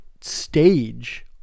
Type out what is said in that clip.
stage